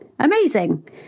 Amazing